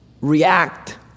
react